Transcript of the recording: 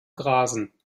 grasen